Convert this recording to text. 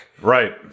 Right